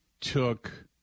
took